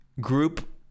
group